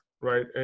right